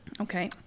Okay